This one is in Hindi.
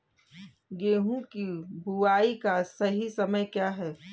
गेहूँ की बुआई का सही समय क्या है?